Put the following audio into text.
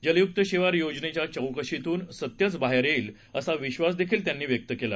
जलयुक्त शिवार योजनेच्या चौकशीतून सत्यच बाहेर येईल असा विश्वासही त्यांनी व्यक्त केला